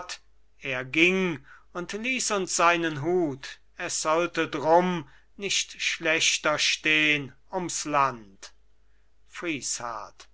er ging und liess uns seinen hut es sollte drum nicht schlechter stehn ums land